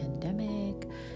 pandemic